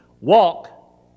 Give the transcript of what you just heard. Walk